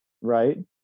right